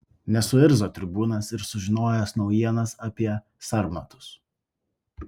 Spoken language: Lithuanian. nesuirzo tribūnas ir sužinojęs naujienas apie sarmatus